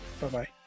bye-bye